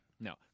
No